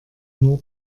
nur